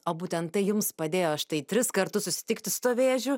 o būtent tai jums padėjo štai tris kartus susitikti su tuo vėžiu